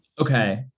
Okay